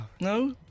No